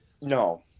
no